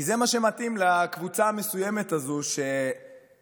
כי זה מה שמתאים לקבוצה המסוימת הזאת שישבה